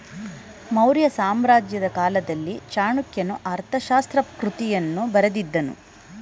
ಮೌರ್ಯ ಸಾಮ್ರಾಜ್ಯದ ಕಾಲದಲ್ಲಿ ಚಾಣಕ್ಯನು ಅರ್ಥಶಾಸ್ತ್ರ ಕೃತಿಯನ್ನು ಬರೆದಿದ್ದನು